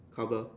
cover